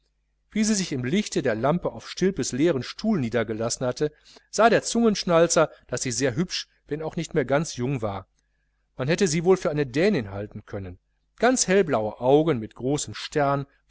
wie sie sich im lichte der lampe auf stilpes leeren stuhl niedergelassen hatte sah der zungenschnalzer daß sie sehr hübsch wenn auch nicht mehr ganz jung war man hätte sie wohl für eine dänin halten können ganz hellblaue augen mit großem stern